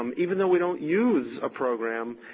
um even though we don't use a program,